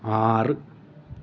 ആറ്